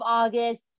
august